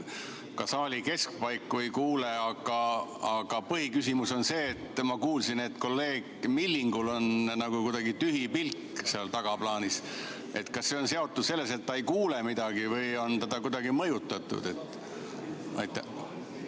Ka saali keskpaigas ei kuule, aga põhiküsimus on see, et ma kuulsin, et kolleeg Millingul on nagu kuidagi tühi pilk seal tagaplaanil. Kas see on seotud sellega, et ta ei kuule midagi, või on teda kuidagi mõjutatud?